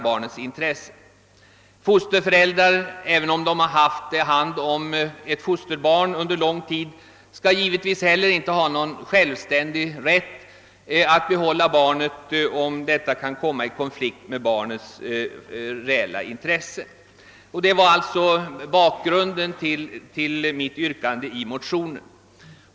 Inte heller fosterföräldrar som under lång tid haft hand om ett barn skall ha någon självklar rätt att behålla barnet, om denna rätt kommer i konflikt med barnets reella intresse.